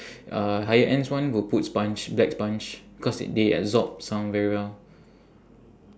uh higher ends one would put sponge black sponge because they absorb sound very well